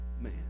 man